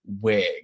wig